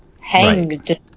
hanged